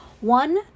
One